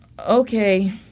okay